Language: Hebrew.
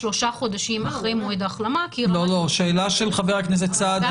חבר הכנסת סעדי